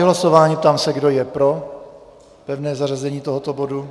Zahajuji hlasování a ptám se, kdo je pro pevné zařazení tohoto bodu.